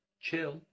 Chill